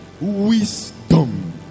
wisdom